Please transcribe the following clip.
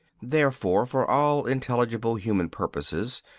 therefore for all intelligible human purposes,